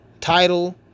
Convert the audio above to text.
Title